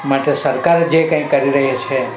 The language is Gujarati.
માટે સરકાર જે કંઈ કરી રહી છે